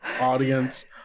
audience